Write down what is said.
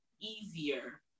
easier